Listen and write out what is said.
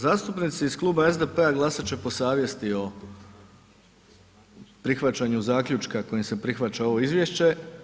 Zastupnici iz Kluba SDP-a glasat će po savjesti o prihvaćanju zaključka kojim se prihvaća ovo izvješće.